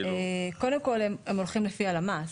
קודם כל הם הולכים לפי הלמ"ס.